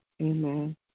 Amen